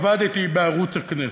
עבדתי בערוץ הכנסת,